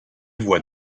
voies